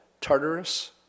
Tartarus